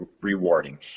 rewarding